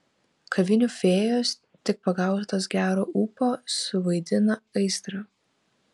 kavinių fėjos tik pagautos gero ūpo suvaidina aistrą